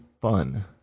fun